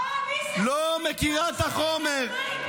אוה, מי זה, של אקדח מים.